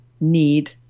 need